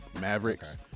Mavericks